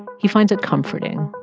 he finds it comforting.